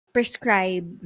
Prescribe